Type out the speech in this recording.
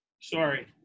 Sorry